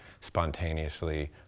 spontaneously